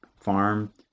farm